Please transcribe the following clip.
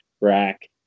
rack